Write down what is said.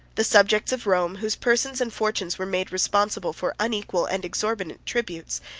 the subjects of rome, whose persons and fortunes were made responsible for unequal and exorbitant tributes,